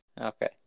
Okay